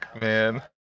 man